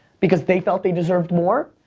because they felt they deserved more.